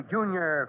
Junior